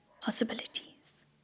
possibilities